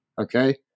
Okay